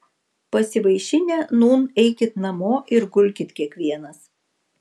pasivaišinę nūn eikit namo ir gulkit kiekvienas